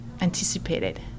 anticipated